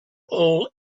all